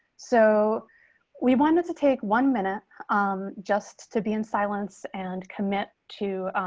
so we wanted to take one minute um just to be in silence and commit to